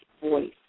voice